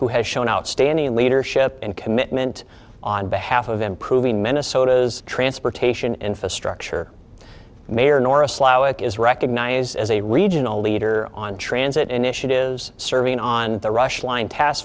who has shown outstanding leadership and commitment on behalf of improving minnesota's transportation infrastructure mayor norris lawak is recognized as a regional leader on transit initiatives serving on the rush line tas